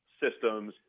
systems